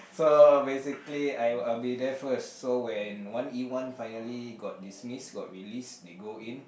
so basically I will I'll be there first so when one E one finally got dismissed got released they go in